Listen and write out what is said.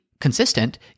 consistent